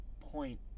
point